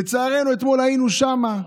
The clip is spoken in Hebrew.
לצערנו אתמול היינו שם,